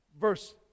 verse